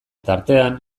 tartean